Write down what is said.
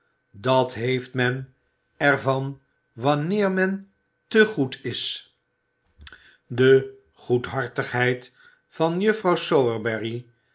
dat heeft men er van wanneer men te goed is de goedhartigheid van juffrouw